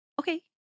Okay